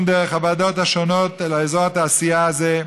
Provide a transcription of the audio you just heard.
דרך הוועדות השונות באזור התעשייה הזה,